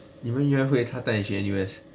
你们约会他带你去 N_U_S